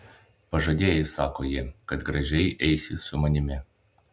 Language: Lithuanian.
pažadėjai sako ji kad gražiai eisi su manimi